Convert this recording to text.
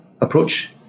approach